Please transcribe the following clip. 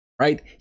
right